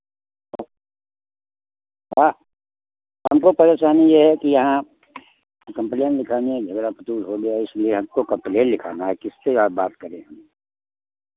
हाँ हमको परेशानी यह है कि यहाँ कंप्लेन लिखानी है झगड़ा फतूल हो गया है इसलिए हमको कंप्लेन लिखाना है किससे बात करें हम